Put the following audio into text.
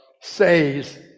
says